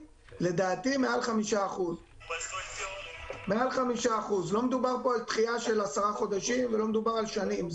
לדעתי מעל 5%. לא מדובר פה על דחייה של עשרה חודשים ולא מדובר על שנים,